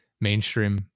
mainstream